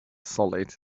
solid